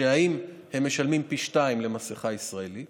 האם הם משלמים פי שניים על מסכה ישראלית